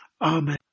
Amen